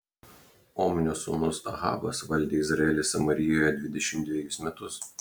omrio sūnus ahabas valdė izraelį samarijoje dvidešimt dvejus metus